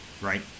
right